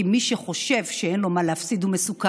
כי מי שחושב שאין לו מה להפסיד הוא מסוכן.